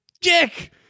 dick